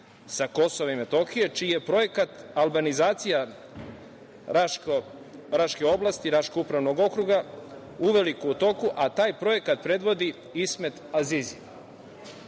sa Kosova i Metohije, čiji je projekat albanizacija Raške oblasti, Raškog upravnog okruga, uveliko u toku, a taj projekat predvodi Ismet Azizi.